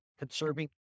Conserving